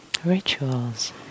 rituals